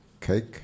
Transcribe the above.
cake